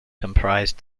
comprised